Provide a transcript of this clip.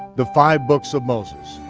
the five books of moses.